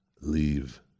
Leave